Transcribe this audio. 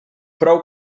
prou